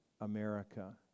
America